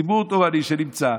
יש ציבור תורני שנמצא.